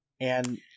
And-